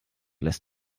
lässt